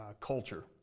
culture